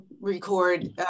record